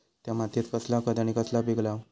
त्या मात्येत कसला खत आणि कसला पीक लाव?